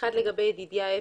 האחת היא לגבי ידידיה אפשטיין,